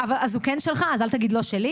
אז הוא כן שלך, אז אל תגיד לא שלי.